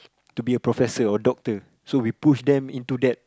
to be a professor or doctor so we push them into that